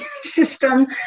system